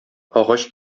агач